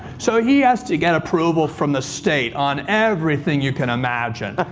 so he has to get approval from the state on everything you can imagine,